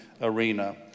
arena